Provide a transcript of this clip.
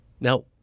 Now